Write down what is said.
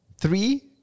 three